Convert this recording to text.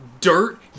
dirt